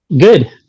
Good